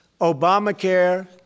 Obamacare